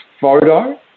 photo